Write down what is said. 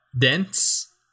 dense